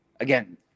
again